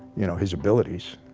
you know his abilities.